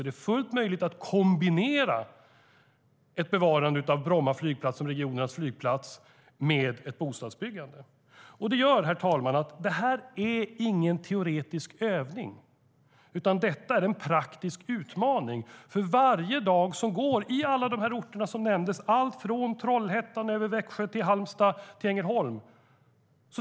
Det är fullt möjligt att kombinera ett bevarande av Bromma flygplats som regionernas flygplats med ett bostadsbyggande. Det gör, herr talman, att detta inte är en teoretisk övning, utan detta är en praktisk utmaning. För varje dag som går finns oron på alla de orter som nämndes, allt från Trollhättan över Växjö till Halmstad och Ängelholm.